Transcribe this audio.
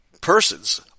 persons